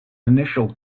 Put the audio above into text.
initial